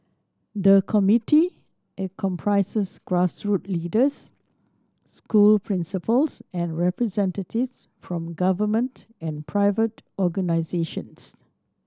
the committee comprises grassroot leaders school principals and representatives from government and private organisations